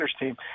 team